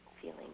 feeling